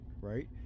right